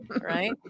Right